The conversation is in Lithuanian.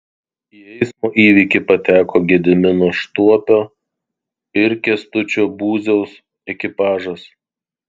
į eismo įvykį pateko gedimino štuopio ir kęstučio būziaus ekipažas